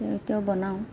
এ এতিয়া বনাওঁ